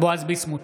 בועז ביסמוט,